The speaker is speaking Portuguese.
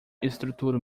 estruturo